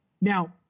Now